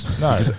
No